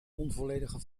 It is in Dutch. onvolledige